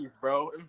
bro